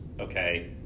okay